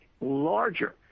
larger